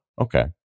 Okay